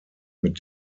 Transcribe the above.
mit